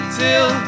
till